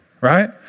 Right